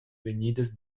vegnidas